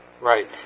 right